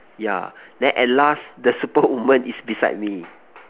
yeah then at last the superwoman is beside me